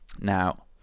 Now